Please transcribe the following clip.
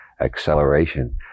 acceleration